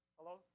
Hello